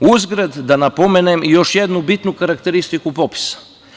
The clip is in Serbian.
Uzgred, da napomenem još jednu bitnu karakteristiku popisa.